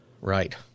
Right